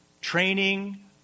Training